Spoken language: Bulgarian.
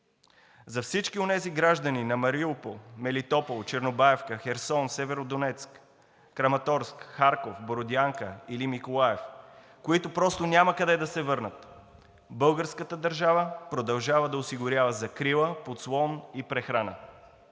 За всички онези граждани на Мариупол, Мелитопол, Чернобаевка, Херсон, Северодонецк, Краматорск, Харков, Бородянка или Николаев, които просто няма къде да се върнат, българската държава продължава да осигурява закрила, подслон и прехрана.